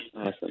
Awesome